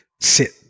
sit